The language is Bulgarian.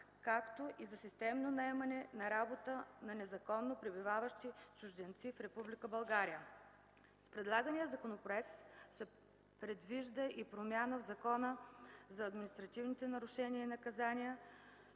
както и за системно наемане на работа на незаконно пребиваващи чужденци в Република България. С предлагания законопроект се предвижда и промяна в Закона за административните нарушения и наказания,